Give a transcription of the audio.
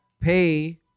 pay